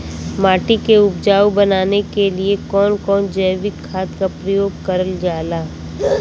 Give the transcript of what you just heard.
माटी के उपजाऊ बनाने के लिए कौन कौन जैविक खाद का प्रयोग करल जाला?